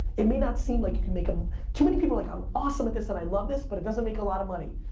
it may not seem like you can make, um too many people are like i'm awesome at this and i love this but it doesn't make a lotta money.